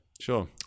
sure